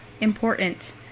important